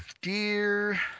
dear